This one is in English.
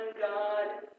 God